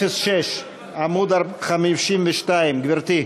06, עמוד 52, גברתי.